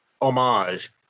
homage